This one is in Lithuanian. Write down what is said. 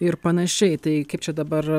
ir panašiai tai kaip čia dabar